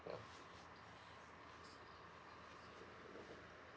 yup